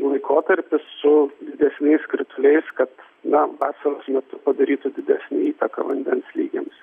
laikotarpis su didesniais krituliais kad na vasaros metu padarytų didesnę įtaką vandens lygiams